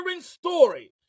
story